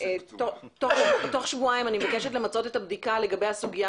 תוך שבועיים אני מבקשת למצות את הבדיקה לגבי הסוגיה